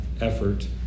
effort